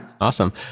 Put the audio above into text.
Awesome